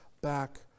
back